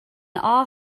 our